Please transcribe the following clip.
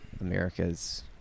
america's